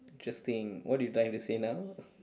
interesting what you trying to say now